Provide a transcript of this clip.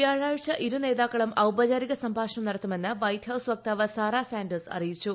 വ്യാഴാഴ്ച ഇരു നേതാക്കളും ഔപചാരിക സഭ്ഭാഷ്ണം നടത്തുമെന്ന് വൈറ്റ്ഹൌസ് വക്താവ് സാറ ഡാന്റേഴ്സ് അറിയിച്ചു